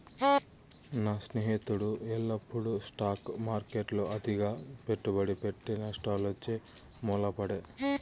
నా స్నేహితుడు ఎల్లప్పుడూ స్టాక్ మార్కెట్ల అతిగా పెట్టుబడి పెట్టె, నష్టాలొచ్చి మూల పడే